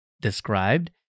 described